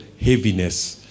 heaviness